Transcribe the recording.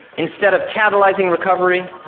instead of catalysing recovery,